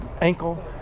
ankle